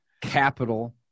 capital